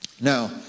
Now